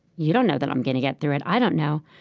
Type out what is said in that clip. you don't know that i'm going to get through it. i don't know.